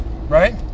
right